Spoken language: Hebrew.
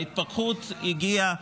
ההתפכחות הגיעה,